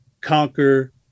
conquer